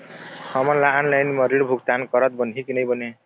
हमन ला ऑनलाइन म ऋण भुगतान करत बनही की नई बने?